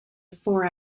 four